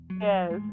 Yes